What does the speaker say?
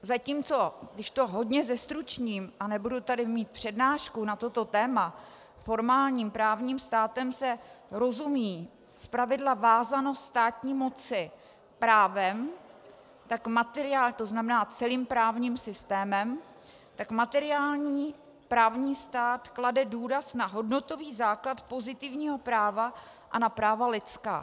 Zatímco když to hodně zestručním a nebudu tady mít přednášku na toto téma formálním právním státem se rozumí zpravidla vázanost státní moci právem, to znamená celým právním systémem, tak materiální právní stát klade důraz na hodnotový základ pozitivního práva a na práva lidská.